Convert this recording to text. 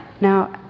Now